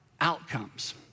outcomes